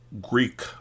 Greek